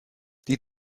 die